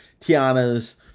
Tiana's